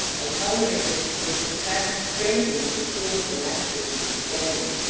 a toleration which contrasts strangely with the cruel fanaticism of the spaniards,